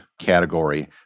category